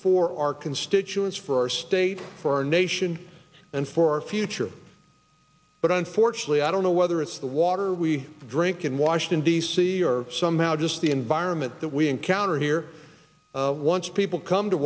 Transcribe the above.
for our constituents for our state for our nation and for our future but unfortunately i don't know whether it's the water we drink in washington d c or somehow just the environment that we encounter here once people come to